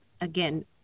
again